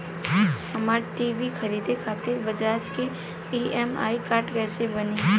हमरा टी.वी खरीदे खातिर बज़ाज़ के ई.एम.आई कार्ड कईसे बनी?